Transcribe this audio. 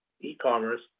e-commerce